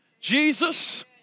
Jesus